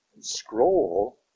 scroll